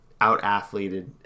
out-athleted